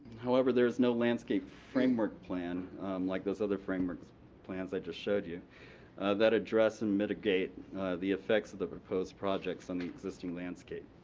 however, there is no landscape framework plan like those other framework plans i just showed you that address and mitigate the affects of the proposed projects on the existing landscape.